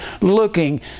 looking